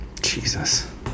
Jesus